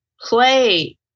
play